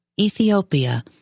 Ethiopia